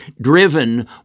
driven